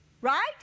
right